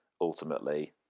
ultimately